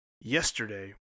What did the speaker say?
yesterday